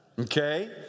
okay